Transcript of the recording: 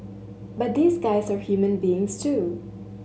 but these guys are human beings too